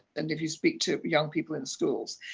and if you speak to young people in schools.